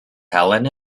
helen